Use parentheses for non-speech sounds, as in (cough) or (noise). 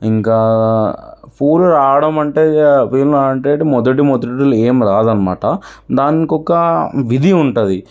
ఇంకా పూలు రావడం అంటే (unintelligible) అంటే ఇక మొదటి మొదటిలో ఏమీ రాదనమాట దానికొక విధి ఉంటుంది